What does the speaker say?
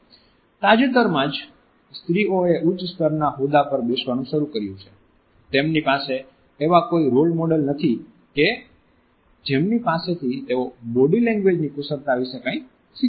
તાજેતરમાં જ સ્ત્રીઓએ ઉચ્ચ સ્તર ના હોદ્દા પર બેસવાનું શરૂ કર્યું છે તેમની પાસે એવા કોઈ રોલ મોડેલ્સ નથી કે જેમની પાસેથી તેઓ બોડી લેંગ્વેજની કુશળતા વિશે કઈ શીખી શકે